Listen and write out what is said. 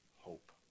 hope